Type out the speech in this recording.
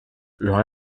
üha